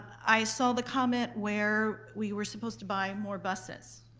i saw the comment where we were supposed to buy more buses.